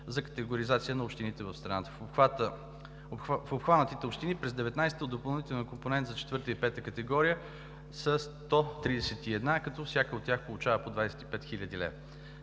за категоризация на общините в страната. Обхванатите общини през 2019 г. от допълнителния компонент за четвърта и пета категории са 131, като всяка от тях получава по 25 хил.